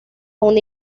una